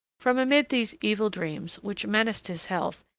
from amid these evil dreams, which menaced his health,